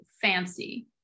fancy